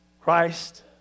Christ